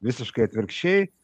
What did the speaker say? visiškai atvirkščiai